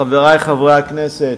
חברי חברי הכנסת,